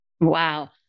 Wow